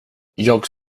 jag